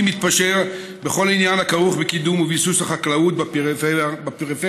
מתפשר בכל עניין הכרוך בקידום וביסוס החקלאות בפריפריה,